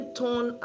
turn